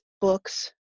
books